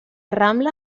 rambla